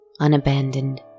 unabandoned